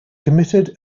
committed